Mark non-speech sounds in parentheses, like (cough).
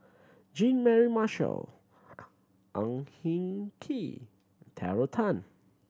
Jean Mary Marshall (unintelligible) Ang Hin Kee Terry Tan